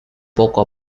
poco